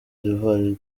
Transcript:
d’ivoire